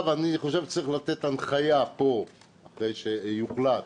אני חושב שצריך לתת הנחיה פה אחרי שיוחלט